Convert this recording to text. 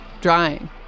drying